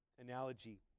analogy